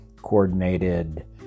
coordinated